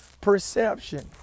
perception